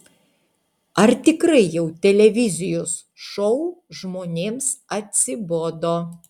ar tikrai jau televizijos šou žmonėms atsibodo